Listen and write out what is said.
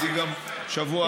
מצידי גם בשבוע הבא.